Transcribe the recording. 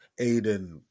Aiden